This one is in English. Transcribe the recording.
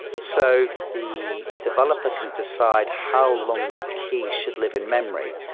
so the developer can decide how long that key should live in memory.